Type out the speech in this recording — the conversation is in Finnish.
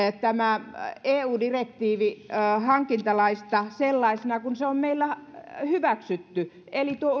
tämä eu direktiivi hankintalaista sellaisena kuin se on meillä hyväksytty eli tuo